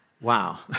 wow